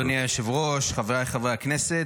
אדוני היושב-ראש, חבריי חברי הכנסת,